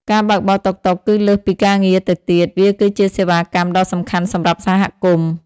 ការបើកបរតុកតុកគឺលើសពីការងារទៅទៀត វាគឺជាសេវាកម្មដ៏សំខាន់សម្រាប់សហគមន៍។